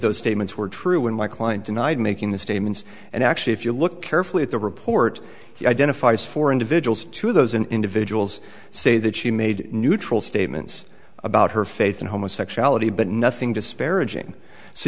those statements were true in my client denied making the statements and actually if you look carefully at the report he identifies four individuals to those and individuals say that she made neutral statements about her faith and homosexuality but nothing disparaging so